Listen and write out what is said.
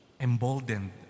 emboldened